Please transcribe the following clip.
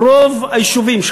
רוב היישובים,